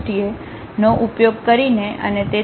નો ઉપયોગ કરીને અને તેથી આગળ